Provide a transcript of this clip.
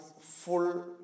full